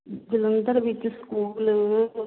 ਜਲੰਧਰ ਵਿੱਚ ਸਕੂਲ